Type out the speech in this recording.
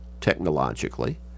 technologically